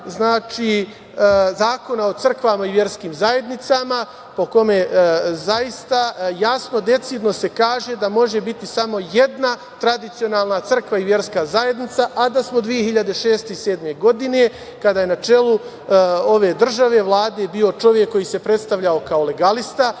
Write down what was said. slučaj Zakona o crkvama i verskim zajednicama, po kome, zaista, jasno, decidno se kaže da može biti samo jedna tradicionalna crkva i verska zajednica, a da smo 2006. i 2007. godine, kada je na čelu ove države i Vlade bio čovek koji se predstavljao kao legalista,